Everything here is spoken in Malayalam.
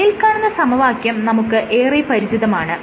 മേൽകാണുന്ന സമവാക്യം നമുക്ക് ഏറെ പരിചിതമാണ്